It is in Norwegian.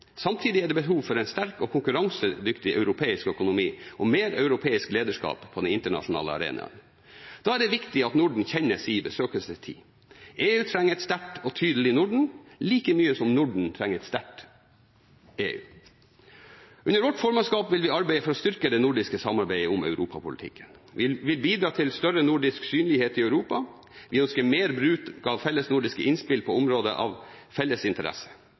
Samtidig er det behov for en sterk og konkurransedyktig europeisk økonomi og mer europeisk lederskap på den internasjonale arena. Da er det viktig at Norden kjenner sin besøkelsestid. EU trenger et sterkt og tydelig Norden, like mye som Norden trenger et sterkt EU. Under vårt formannskap vil vi arbeide for å styrke det nordiske samarbeidet om europapolitikken. Vi vil bidra til større nordisk synlighet i Europa. Vi ønsker mer bruk av fellesnordiske innspill på områder av felles interesse.